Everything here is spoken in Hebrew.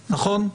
נכון?